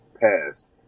pass